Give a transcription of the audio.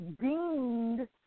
deemed